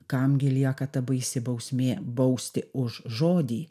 kam gi lieka ta baisi bausmė bausti už žodį